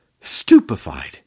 Stupefied